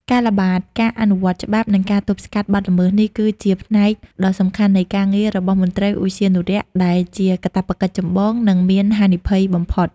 ការល្បាត ការអនុវត្តច្បាប់ និងការទប់ស្កាត់បទល្មើស នេះគឺជាផ្នែកដ៏សំខាន់នៃការងាររបស់មន្ត្រីឧទ្យានុរក្ស ដែលជាកាតព្វកិច្ចចម្បង និងមានហានិភ័យបំផុត។